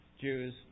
Jews